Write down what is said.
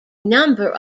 number